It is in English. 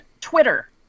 Twitter